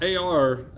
AR